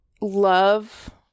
love